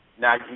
Now